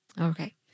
Okay